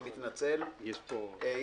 והיא לא צריכה להיות חקלאית.